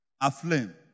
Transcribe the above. aflame